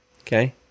Okay